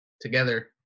together